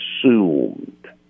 assumed